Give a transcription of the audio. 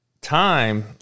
time